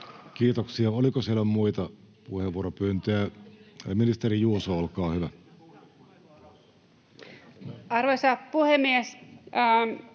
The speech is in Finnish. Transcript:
Kiitoksia. — Oliko siellä muita puheenvuoropyyntöjä? — Ministeri Juuso, olkaa hyvä. [Speech